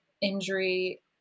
injury